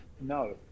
No